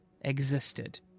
existed